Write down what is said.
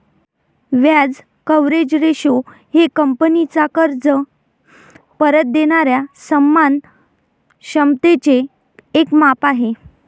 व्याज coverage ratio हे कंपनीचा कर्ज परत देणाऱ्या सन्मान क्षमतेचे एक माप आहे